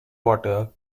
water